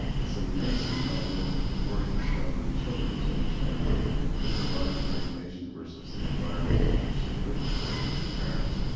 it's amazing how little work is done with children to understand whether the physiological regulation versus the environment in which they live of course with their parents.